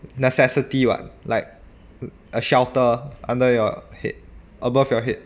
necessity what like a shelter under your head above your head